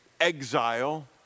exile